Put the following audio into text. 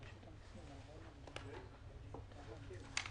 אז לא השר ולא הפקידים מתעלמים מהדיון